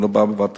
זה לא בא בבת-אחת,